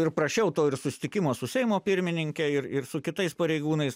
ir prašiau to ir susitikimo su seimo pirmininke ir ir su kitais pareigūnais